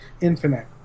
infinite